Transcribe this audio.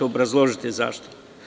Obrazložiću zašto.